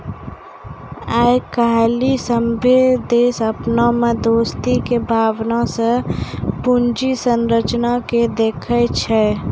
आइ काल्हि सभ्भे देश अपना मे दोस्ती के भावना से पूंजी संरचना के देखै छै